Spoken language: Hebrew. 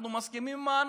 אנחנו מסכימים עם האנשים,